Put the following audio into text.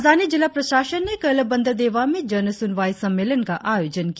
राजधानी जिला प्रशासन ने कल बंदरदेवा में जन सुनवाई सम्मेलन का आयोजन किया